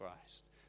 Christ